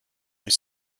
est